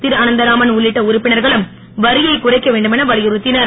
திருஅனந்தராமன் உள்ளிட்ட உறுப்பினர்களும் வரியைக் குறைக்க வேண்டுமென வலியுறுத்தினர்